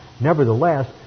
nevertheless